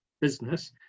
business